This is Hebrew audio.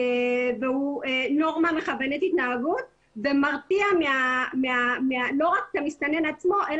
הוא נורמה מכוונת התנהגות ומרתיע לא רק את המסתנן עצמו אלא